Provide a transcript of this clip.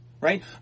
right